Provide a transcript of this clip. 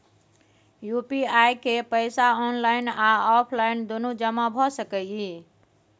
UPI के पैसा online आ ऑफलाइन दुनू जमा भ सकै इ?